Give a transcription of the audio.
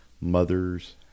mother's